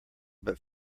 but